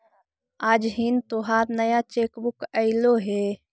आज हिन् तोहार नया चेक बुक अयीलो हे